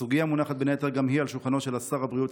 הסוגיה מונחת בין היתר גם על שולחנו של שר הבריאות,